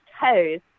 toes